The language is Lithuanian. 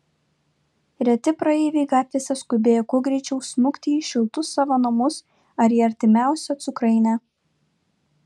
reti praeiviai gatvėse skubėjo kuo greičiau smukti į šiltus savo namus ar į artimiausią cukrainę